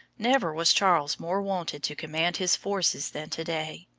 never was charles more wanted to command his forces than to-day.